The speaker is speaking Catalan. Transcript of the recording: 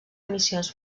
missions